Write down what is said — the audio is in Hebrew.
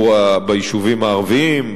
ביישובים הערביים,